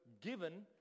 given